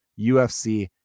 UFC